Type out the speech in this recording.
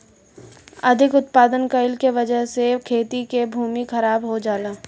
अधिक उत्पादन कइला के वजह से खेती के भूमि खराब हो जाला